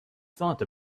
thought